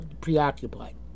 preoccupied